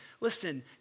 Listen